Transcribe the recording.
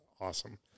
awesome